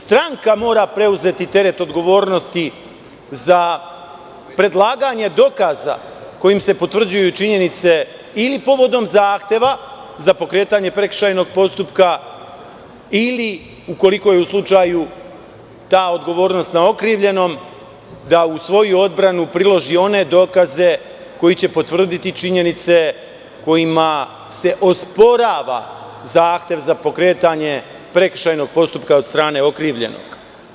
Stranka mora preuzeti teret odgovornosti za predlaganje dokaza kojim se potvrđuju i činjenice ili povodom zahteva za pokretanje prekršajnog postupka ili ukoliko je u slučaju ta odgovornost na okrivljenom, da u svoju odbranu priloži one dokaze koji će potvrditi činjenice kojima se osporava zahtev za pokretanje prekršajnog postupka od strane okrivljenog.